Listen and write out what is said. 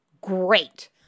great